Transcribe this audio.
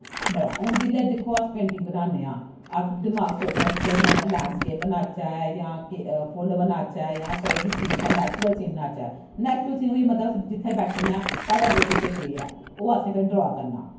जिसलै दिक्खो अस पेंटिंग बनानें आं अस दमाक च सोचनें असें केह् बनाना केह् बनाचै जां फुल्ल बनाचै जां नैचुर्ल कोई बी नैचुर्ल सीन बनाचै नैचुर्ल सीन होईया मतलव अस जित्थें बैठे दे आं साढ़े अग्गैं पिच्छें केह् ऐ ओह् असैं ड्रा करनां ऐ